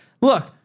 Look